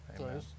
Amen